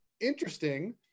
interesting